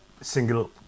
single